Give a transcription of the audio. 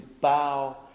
bow